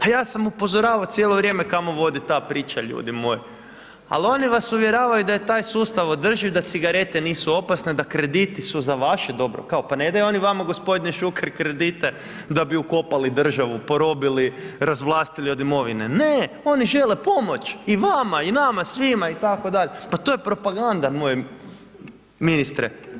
A ja sam upozoravao cijelo vrijeme kamo vodi ta priča, ljudi moji, ali oni vas uvjeravaju da je taj sustav održiv, da cigarete nisu opasne, da krediti su za vaše dobro, kao pa ne daju oni vama gospodine Šuker kredite da bi ukopali državu, porobili, razvlastili od imovine, ne, oni žele pomoć i vama i nama svima itd., pa to je propaganda moj ministre.